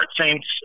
Saints